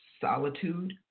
solitude